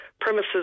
premises